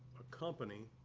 a company